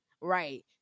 Right